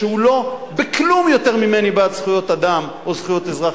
שהוא לא בכלום יותר ממני בעד זכויות אדם או זכויות אזרח,